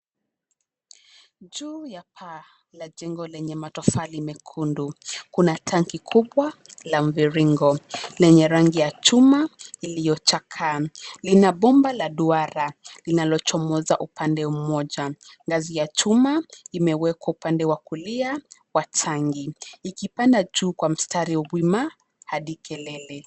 Juu ya paa la jengo lenye matofali mekundu, kuna tanki kubwa la mviringo lenye rangi ya chuma iliyochakaa. Lina bomba la duara linalochomoza upande mmoja. Ngazi ya chuma imewekwa upande wa kulia wa tangi, ikipanda juu kwa mstari wima hadi kilele.